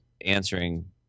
answering